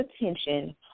attention